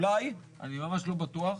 אני ממש לא בטוח,